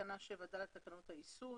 תקנה 7(ד) לתקנות הייסוד.